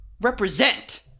represent